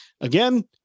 again